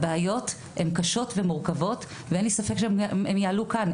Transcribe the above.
הבעיות הן קשות ומורכבות ואין לי ספק שהן יעלו כאן,